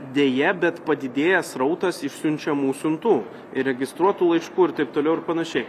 deja bet padidėja srautas išsiunčiamų siuntų ir registruotų laiškų ir taip toliau ir panašiai